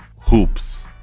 hoops